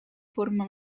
forma